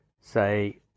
say